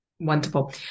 Wonderful